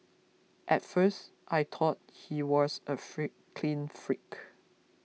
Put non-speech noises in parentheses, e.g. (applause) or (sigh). at first I thought he was a (unintelligible) clean freak